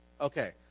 Okay